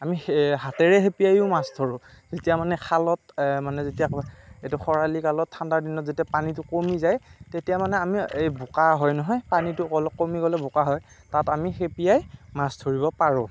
আমি হাতেৰে হেপিয়াইয়ো মাছ ধৰোঁ যেতিয়া মানে খালত মানে যেতিয়া এইটো খৰালি কালত ঠাণ্ডাৰ দিনত যেতিয়া পানীটো কমি যায় তেতিয়া মানে আমি এই বোকা হয় নহয় পানীটো অলপ কমি গ'লে বোকা হয় তাত আমি হেপিয়াই মাছ ধৰিব পাৰোঁ